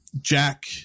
Jack